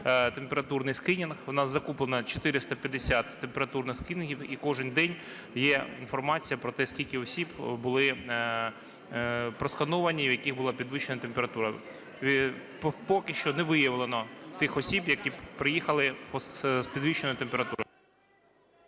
температурний скринінг. У нас закуплено 450 температурних скринінгів, і кожен день є інформація про те, скільки осіб були проскановані, в яких була підвищена температура. Поки що не виявлено тих осіб, які приїхали з підвищеною температурою.